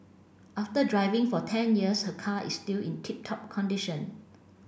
after driving for ten years her car is still in tip top condition